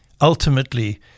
ultimately